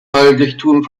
heiligtum